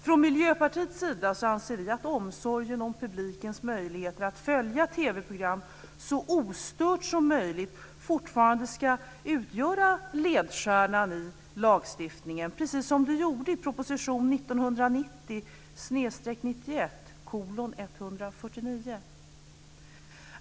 Från Miljöpartiets sida anser vi att omsorgen om publikens möjligheter att följa TV-program så ostört som möjligt fortfarande ska utgöra ledstjärnan i lagstiftningen, precis som den gjorde i proposition 1990/91:149.